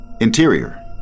Interior